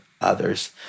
others